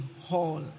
hall